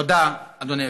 תודה, אדוני היושב-ראש.